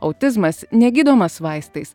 autizmas negydomas vaistais